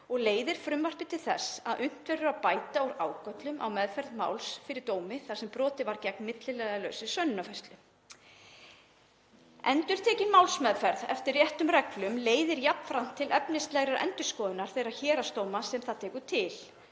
og leiðir frumvarpið til þess að unnt verður að bæta úr ágöllum á meðferð máls fyrir dómi þar sem brotið var gegn milliliðalausri sönnunarfærslu. Endurtekin málsmeðferð eftir réttum reglum leiðir jafnframt til efnislegrar endurskoðunar þeirra héraðsdóma sem það tekur til,